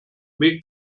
make